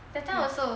that time I also